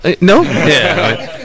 no